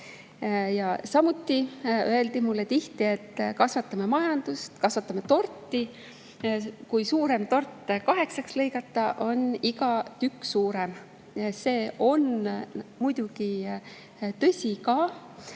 Samuti öeldi mulle tihti, et kasvatame majandust, kasvatame torti: kui suurem tort kaheksaks lõigata, on iga tükk suurem. See on muidugi tõsi,